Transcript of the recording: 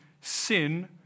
sin